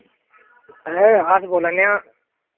sir अस बोल्लाने आं